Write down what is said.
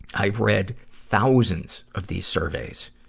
i've read thousands of these surveys,